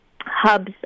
hubs